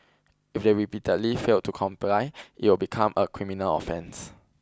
if they repeatedly fail to comply it will become a criminal offence